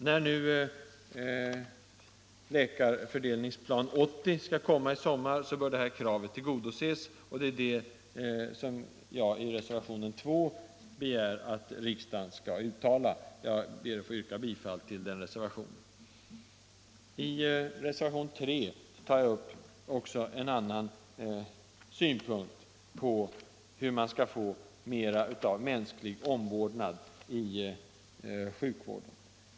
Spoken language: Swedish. I det läkarfördelningsprogram 80, som socialstyrelsen skall redovisa i sommar, bör detta krav tillgodoses. Det är det jag i reservationen 2 begär att riksdagen skall uttala sig för. Jag ber att få yrka bifall till denna reservation. I reservation 3 tar jag upp en annan synpunkt på hur man skall åstadkomma mera av mänsklig omvårdnad i sjukvården.